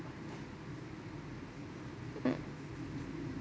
mm